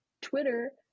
Twitter